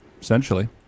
essentially